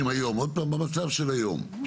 היום במצב של היום